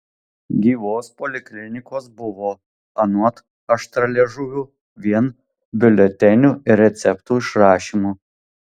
gyvos poliklinikos buvo anot aštrialiežuvių vien biuletenių ir receptų išrašymu